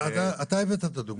אתה הבאת הדוגמה.